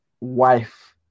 wife